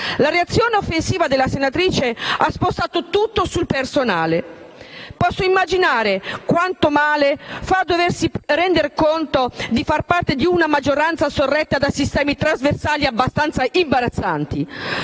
La reazione offensiva della senatrice ha spostato tutto sul personale. Posso immaginare quanto male fa doversi rendere conto di far parte di una maggioranza sorretta da sistemi trasversali abbastanza imbarazzanti,